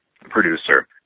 producer